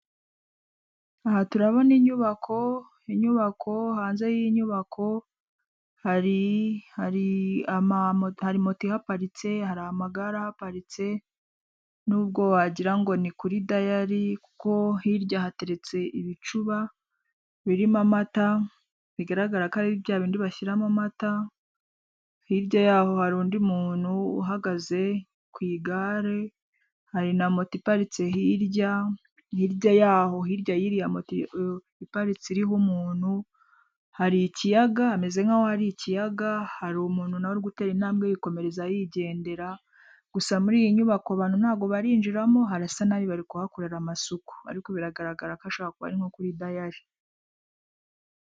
Aha turabona inyubako ,hanze y'iyi nyubako hari moto ihaparitse ,hari amagare ahaparitse n'ubwo wagirango ngo ni kuri dayari kuko hirya hateretse ibicuba birimo amata bigaragara ko ari bya bindi bashyiramo amata hirya yaho hari undi muntu uhagaze ku igare, hari na mota iparitse hirya y'aho, hirya y'aho iparitse iriho umuntu hari ikiyaga hameze nk'aho hari ikiyaga hari umuntu nawe gutera intambwe yikomereza yigendera gusa muri iyi nyubako abantu ntago barinjiramo harasa nabi bari kuhakorera amasuku ariko biragaragara ko ashobora kuba ari nko kuri dayari.